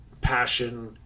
passion